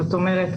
זאת אומרת,